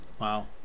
wow